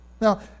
Now